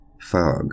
Fog